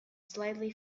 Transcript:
slightly